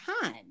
time